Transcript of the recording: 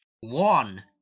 One